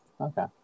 Okay